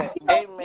Amen